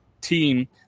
team